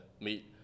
meet